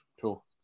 cool